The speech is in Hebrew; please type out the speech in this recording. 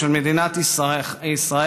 של מדינת ישראל,